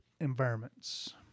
environments